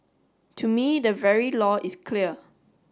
to me the very law is clear